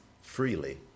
freely